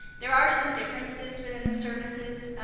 there are some differences within the services.